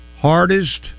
hardest